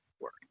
work